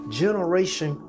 generation